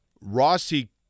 Rossi